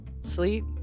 sleep